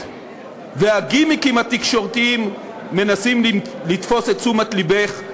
והגימיקים התקשורתיים מנסים לתפוס את תשומת לבך.